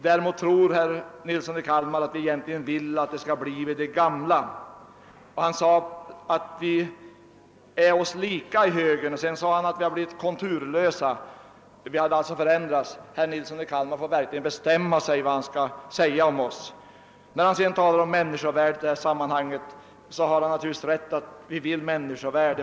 Herr Nilsson i Kalmar tror att vi egentligen vill att det skall bli vid det gamla. Han sade å ena sidan att vi i »högern» är oss lika och å andra sidan att vi blivit konturlösa — vi hade alltså förändrats. Herr Nilsson får verkligen bestämma sig för vad han skall säga om OSS. När herr Nilsson talar om människovärde i detta sammanhang, så har han naturligtvis rätt: vi vill människovärde.